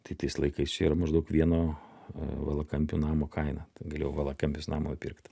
tai tais laikais čia yra maždaug vieno valakampių namo kaina tai galėjau valakampiuos namą pirkt